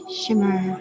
shimmer